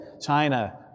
China